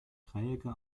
dreiecke